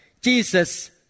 Jesus